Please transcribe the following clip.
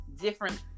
different